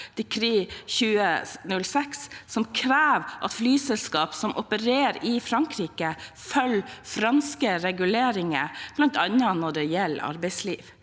som krever at flyselskap som opererer i Frankrike, følger franske reguleringer, bl.a. når det gjelder arbeidsliv.